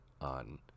on